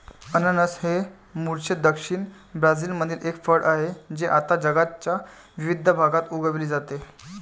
अननस हे मूळचे दक्षिण ब्राझीलमधील एक फळ आहे जे आता जगाच्या विविध भागात उगविले जाते